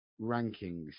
rankings